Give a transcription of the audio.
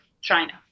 China